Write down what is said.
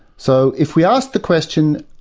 so if we ask the question,